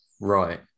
Right